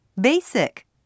Basic